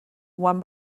one